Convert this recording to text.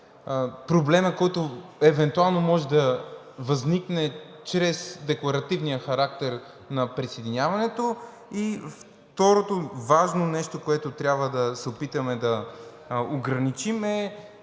проблема, който евентуално може да възникне чрез декларативния характер на присъединяването. Второто важно нещо, което трябва да се опитаме да ограничим, е